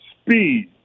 speed